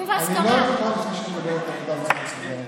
אבל אבי, אני אעשה את זה בתיאום, בתיאום והסכמה.